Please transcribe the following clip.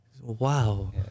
Wow